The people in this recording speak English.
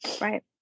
right